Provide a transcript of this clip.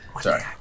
Sorry